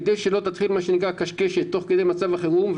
כדי שלא תתחיל קשקשת תוך כדי מצב החירום.